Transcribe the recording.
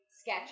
sketch